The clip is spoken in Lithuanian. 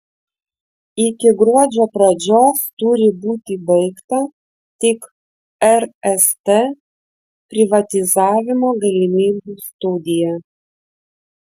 iki gruodžio pradžios turi būti baigta tik rst privatizavimo galimybių studija